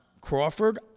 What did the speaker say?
Crawford